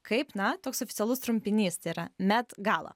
kaip na toks oficialus trumpinys tai yra met gala